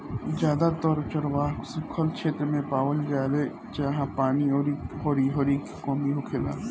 जादातर चरवाह सुखल क्षेत्र मे पावल जाले जाहा पानी अउरी हरिहरी के कमी होखेला